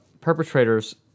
perpetrators